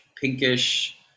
pinkish